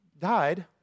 died